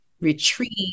retreat